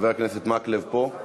חבר הכנסת מקלב, פה?